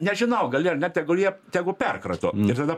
nežinau gali ar ne tegul jie tegu perkrato ir tada